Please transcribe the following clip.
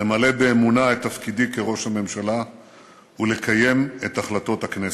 למלא באמונה את תפקידי כראש הממשלה ולקיים את החלטות הכנסת.